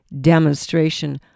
demonstration